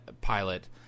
pilot